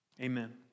Amen